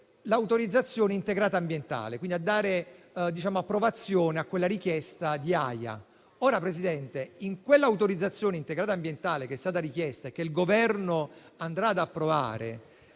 l'autorizzazione integrata ambientale, quindi a dare approvazione alla richiesta di AIA. In quella autorizzazione integrata ambientale che è stata richiesta e che il Governo andrà ad approvare